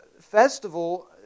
festival